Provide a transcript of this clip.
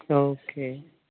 okay